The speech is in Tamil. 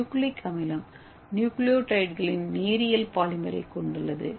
நியூக்ளிக் அமிலம் நியூக்ளியோடைட்களின் நேரியல் பாலிமரைக் கொண்டுள்ளது